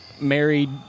Married